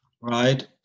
right